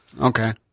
Okay